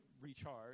recharge